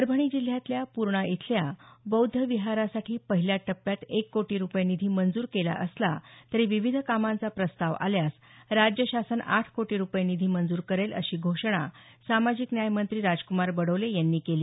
परभणी जिल्ह्यातल्या पूर्णा इथल्या बौध्द विहारासाठी पहिल्या टप्प्यात एक कोटी रुपये निधी मंजूर केला असला तरी विविध कामांचा प्रस्ताव आल्यास राज्य शासन आठ कोटी रूपये निधी मंजूर करेल अशी घोषणा सामाजिक न्याय मंत्री राज्कुमार बडोले यांनी केली